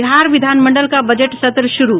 बिहार विधानमंडल का बजट सत्र शुरू